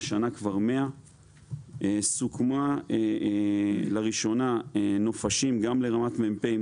השנה כבר 100. סוכמו לראשונה נופשים גם לרמת מ"פ,